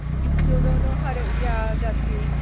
you still don't know how to. yeah, that's you.